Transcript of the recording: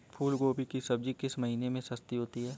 फूल गोभी की सब्जी किस महीने में सस्ती होती है?